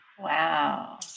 Wow